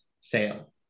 sale